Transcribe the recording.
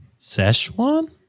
szechuan